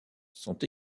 sont